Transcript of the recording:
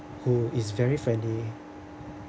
who is very friendly